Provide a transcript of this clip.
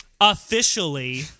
Officially